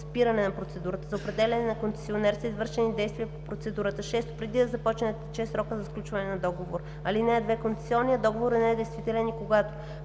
спиране на процедурата за определяне на концесионер са извършени действия по процедурата; 6. преди да започне да тече срокът за сключване на договора. (2) Концесионният договор е недействителен и когато: